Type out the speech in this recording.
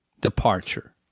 departure